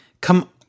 come